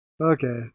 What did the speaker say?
okay